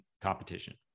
competition